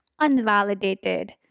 unvalidated